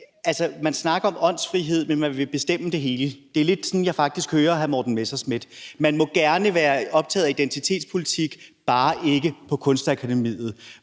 at man snakker åndsfrihed, men man vil bestemme det hele. Det er lidt sådan, jeg faktisk hører hr. Messerschmidt. Man må gerne være optaget af identitetspolitik, bare ikke på Kunstakademiet.